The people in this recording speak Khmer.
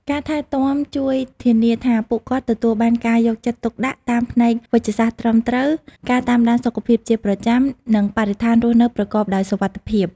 ការថែទាំជួយធានាថាពួកគាត់ទទួលបានការយកចិត្តទុកដាក់តាមផ្នែកវេជ្ជសាស្ត្រត្រឹមត្រូវ ការតាមដានសុខភាពជាប្រចាំ និងបរិស្ថានរស់នៅប្រកបដោយសុវត្ថិភាព។